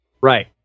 Right